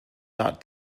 not